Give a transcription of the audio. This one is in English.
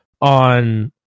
on